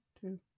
two